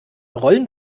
rollen